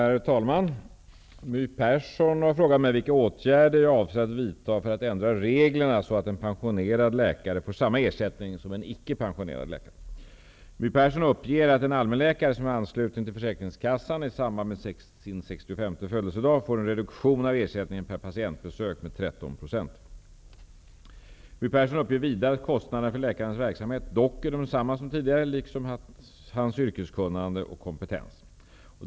Herr talman! My Persson har frågat mig vilka åtgärder jag avser att vidta för att ändra reglerna så att en pensionerad läkare får samma ersättning som en icke pensionerad läkare. My Persson uppger att en allmänläkare som är ansluten till försäkringskassan i samband med sin sextiofemte födelsedag får en reduktion av ersättningen per patientbesök med 13 %. My Persson uppger vidare att kostnaderna för läkarens verksamhet dock är desamma som tidigare liksom hans yrkeskunnande och kompetens.